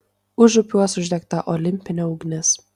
užupiuos uždegta olimpinė ugnis